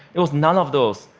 it was none of those.